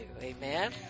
Amen